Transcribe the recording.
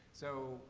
so,